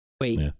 Wait